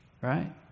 right